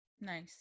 nice